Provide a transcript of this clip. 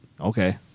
Okay